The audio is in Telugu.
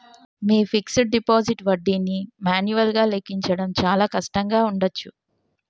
మీ ఫిక్స్డ్ డిపాజిట్ వడ్డీని మాన్యువల్గా లెక్కించడం చాలా కష్టంగా ఉండచ్చు